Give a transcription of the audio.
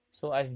mm